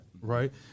Right